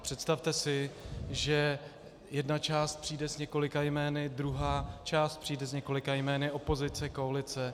Představte si, že jedna část přijde s několika jmény, druhá část přijde s několika jmény, opozice, koalice.